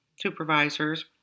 supervisors